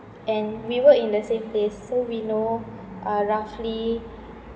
and we work in the same place so we know uh roughly